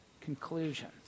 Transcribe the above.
conclusions